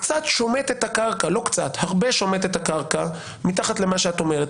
שומט את הקרקע מתחת למה שאת אומרת.